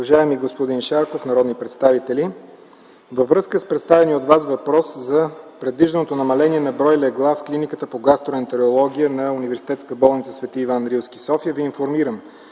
уважаеми господин Шарков! Във връзка с поставения от Вас въпрос за предвижданото намаление на броя легла в Клиниката по гастроентерология на Университетска болница „Св. Иван Рилски”, София Ви информирам,